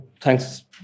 thanks